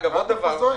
עוד דבר.